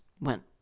went